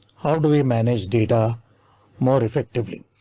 how do we manage data more effectively?